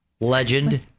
legend